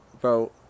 bro